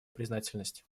признательность